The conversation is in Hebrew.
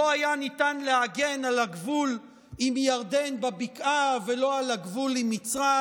לא היה ניתן להגן על הגבול עם ירדן בבקעה ולא על הגבול עם מצרים.